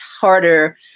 harder